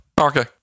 Okay